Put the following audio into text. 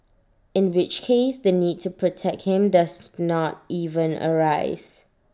in which case the need to protect him does not even arise